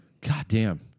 goddamn